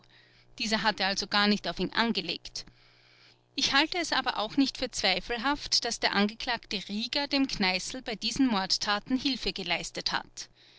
dieser hatte also gar nicht auf ihn angelegt ich halte es aber auch nicht für zweifelhaft daß der angeklagte rieger dem kneißl bei diesen mordtaten hilfe geleistet hat